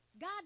God